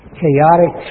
chaotic